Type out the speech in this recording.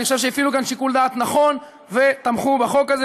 אני חושב שהם הפעילו כאן שיקול דעת נכון ותמכו בחוק הזה.